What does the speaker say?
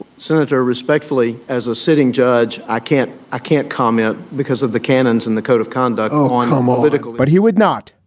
senator, respectfully, as a sitting judge, i can't i can't comment because of the canons and the code of conduct. oh, and um homiletics but he would not.